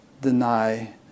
deny